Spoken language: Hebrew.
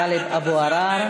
טלב אבו עראר.